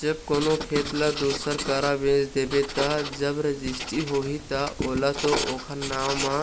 जब कोनो खेत ल दूसर करा बेच देबे ता जब रजिस्टी होही ता ओला तो ओखर नांव म